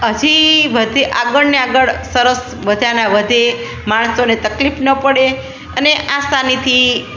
હજી વધી આગળને આગળ સરસ મજાનાં વધે માણસોને તકલીફ ન પડે અને આસાનીથી